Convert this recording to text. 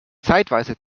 zeitweise